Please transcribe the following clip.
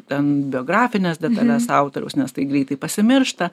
ten biografines detales autoriaus nes tai greitai pasimiršta